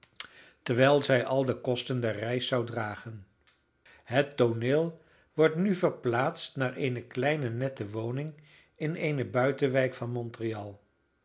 terwijl zij al de kosten der reis zou dragen het tooneel wordt nu verplaatst naar eene kleine nette woning in eene buitenwijk van